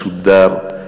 מסודר,